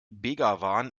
begawan